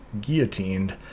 guillotined